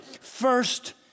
First